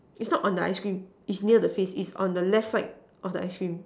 is not on the ice cream is near the face is on the left side of the ice cream